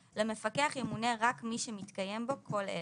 (ב)למפקח ימונה רק מי שמתקיימים בו כל אלה: